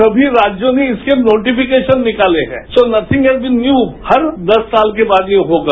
समी राज्यों ने इसके नोटिष्टिकेशन निकाले है so nothing has been new हर दस साल के बाद ये होगा